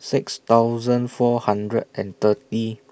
six thousand four hundred and thirty